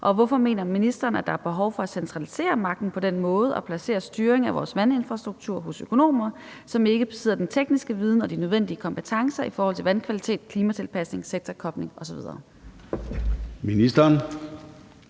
og hvorfor mener ministeren, at der er behov for at centralisere magten på den måde og placere styringen af vores vandinfrastruktur hos økonomer, som ikke besidder den tekniske viden og de nødvendige kompetencer i forhold til vandkvalitet, klimatilpasning, sektorkobling osv.?